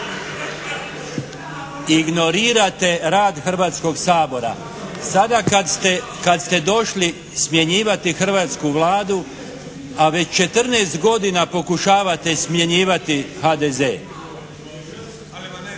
ignorirate rad Hrvatskoga sabora. Sada kad ste došli smjenjivati hrvatsku Vladu, a već 14 godina pokušavate smjenjivati HDZ.